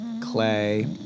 clay